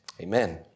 Amen